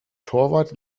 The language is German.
torwart